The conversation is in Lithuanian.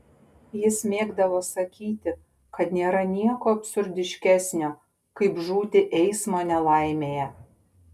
jis mėgdavo sakyti kad nėra nieko absurdiškesnio kaip žūti eismo nelaimėje